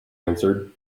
answered